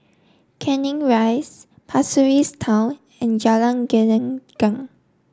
Canning Rise Pasir Ris Town and Jalan Gelenggang